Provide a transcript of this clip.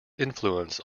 influence